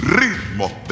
ritmos